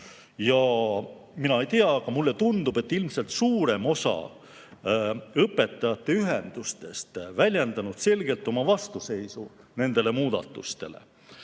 ma ei tea, mulle tundub, et ilmselt suurem osa õpetajate ühendustest väljendanud selgelt oma vastuseisu nendele muudatustele.